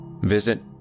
visit